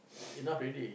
enough already